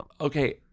Okay